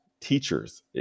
teachers